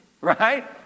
right